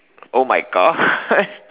oh my God